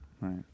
right